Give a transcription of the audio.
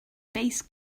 bass